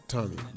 Tommy